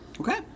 Okay